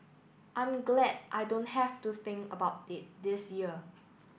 I'm glad I don't have to think about it this year